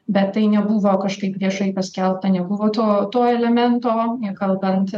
bet tai nebuvo kažkaip viešai paskelbta nebuvo to to elemento kalbant